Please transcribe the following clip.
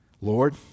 Lord